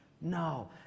No